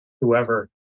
whoever